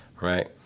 right